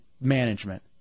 management